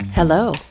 Hello